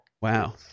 Wow